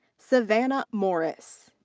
savannah morris.